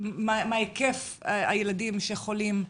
מה היקף הילדים שחולים,